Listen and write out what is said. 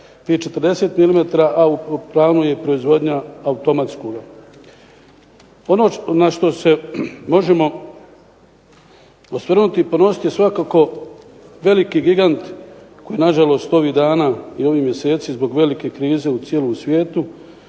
a u planu je proizvodnja automatskoga. Ono na što se možemo osvrnuti i ponositi svakako veliki gigant koji na žalost ovih dana i ovih mjeseci zbog velike krize u cijelom svijetu